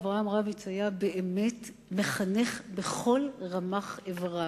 אברהם רביץ היה באמת מחנך בכל רמ"ח איבריו,